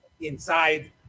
inside